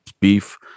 beef